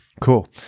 cool